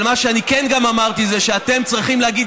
אבל מה שאני כן אמרתי זה שאתם צריכים להגיד